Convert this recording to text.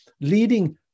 leading